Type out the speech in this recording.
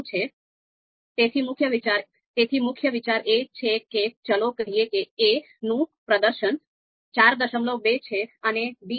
2 છે અને b નું પ્રદર્શન 4